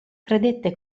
credette